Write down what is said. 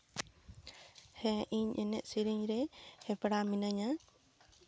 ᱦᱮᱸ ᱤᱧ ᱮᱱᱮᱡ ᱥᱮᱨᱮᱧ ᱨᱮ ᱦᱮᱯᱨᱟᱣ ᱢᱤᱱᱟᱹᱧᱟ